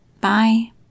bye